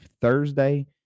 Thursday